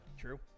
true